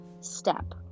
step